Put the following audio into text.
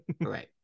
right